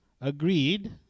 agreed